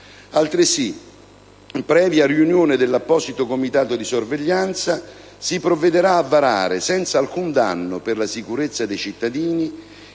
Altresì, previa riunione dell'apposito comitato di sorveglianza, si provvederà a varare, senza alcun danno per la sicurezza dei cittadini,